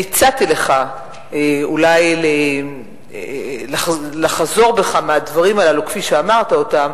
אני הצעתי לך אולי לחזור בך מהדברים האלה כפי שאמרת אותם,